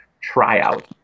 tryout